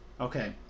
okay